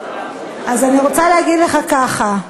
אז אני רוצה להגיד לך ככה: